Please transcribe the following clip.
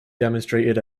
demonstrated